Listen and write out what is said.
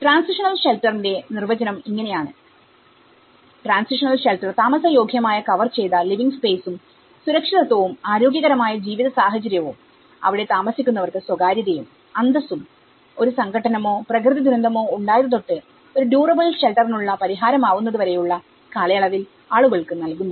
transitional ഷെൽട്ടറിന്റെ നിർവചനം ഇങ്ങനെയാണ് ട്രാൻസിഷണൽ ഷെൽട്ടർ താമസയോഗ്യമായ കവർ ചെയ്ത ലിവിങ് സ്പേസും സുരക്ഷിതത്വവും ആരോഗ്യകരമായ ജീവിത സാഹചര്യവും അവിടെ താമസിക്കുന്നവർക്ക് സ്വകാര്യതയും അന്തസ്സുംഒരു സംഘട്ടനമോ പ്രകൃതിദുരന്തമോ ഉണ്ടായത് തൊട്ട് ഒരു ഡ്യൂറബിൾ ഷെൽട്ടറിനുള്ള പരിഹാരം ആവുന്നത് വരെയുള്ള കാലയളവിൽ ആളുകൾക്ക് നൽകുന്നു